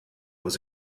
was